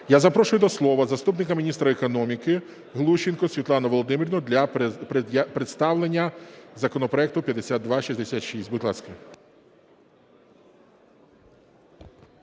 Я запрошую до слова заступника міністра економіки Глущенко Світлану Володимирівну для представлення законопроекту 5266. Будь ласка.